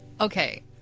Okay